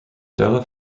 della